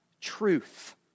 truth